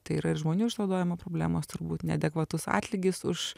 tai yra ir žmonių išnaudojimo problemos turbūt neadekvatus atlygis už